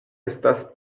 estas